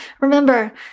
Remember